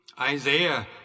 Isaiah